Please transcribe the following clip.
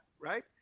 right